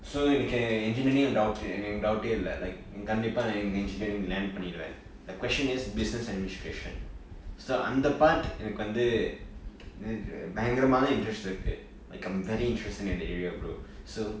so எனக்கு:enakku engineering engineering doubt இல்ல கண்டிப்பா நா:illa kandipaa naa engineering land பன்னிருவேன்:panniruven the question is business administration so அந்த:antha part எனக்கு வந்து பயங்கரமான:enakku vanthu bayangramaana interest இருக்கு:iruku like I'm very interested in the are area bro so